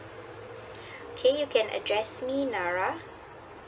okay you can address me nara